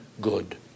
good